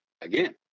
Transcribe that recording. again